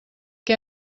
què